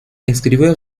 escribió